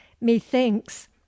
Methinks